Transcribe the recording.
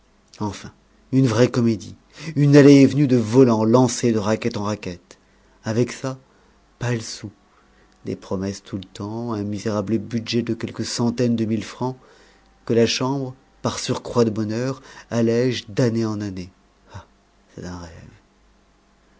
enfin une vraie comédie une allée et venue de volant lancé de raquette en raquette avec ça pas le sou des promesses tout le temps un misérable budget de quelques centaines de mille francs que la chambre par surcroît de bonheur allège d'année en année ah c'est un rêve